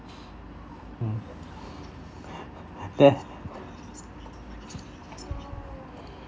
mm there